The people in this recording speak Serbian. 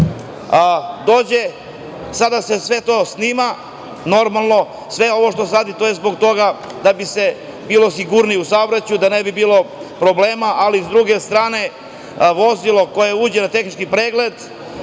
dođe, sada se sve to snima, normalno, sve ovo je zbog toga da bi bilo sigurnije u saobraćaju, da ne bi bilo problema, ali sa druge strane vozilo koje uđe na tehnički pregled,